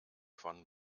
von